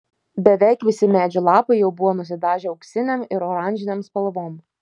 beveik visi medžių lapai jau buvo nusidažę auksinėm ir oranžinėm spalvom